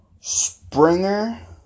Springer